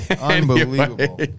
unbelievable